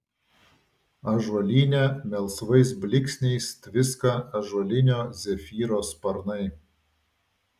ąžuolyne melsvais blyksniais tviska ąžuolinio zefyro sparnai